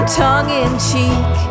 tongue-in-cheek